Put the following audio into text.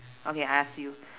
okay I ask you